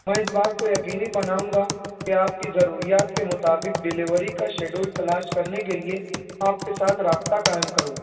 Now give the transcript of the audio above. میں اس بات کو یقینی بناؤں گا کہ آپ کی ضروریات کے مطابق ڈیلیوری کا شیڈول تلاش کرنے کے لیے آپ کے ساتھ رابطہ قائم کروں